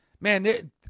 man